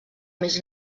més